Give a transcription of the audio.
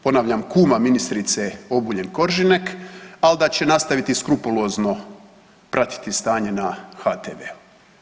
Ponavljam kuma ministrice Obuljen Koržinek, ali da će nastaviti skurpulozno pratiti stanje na HTV-u.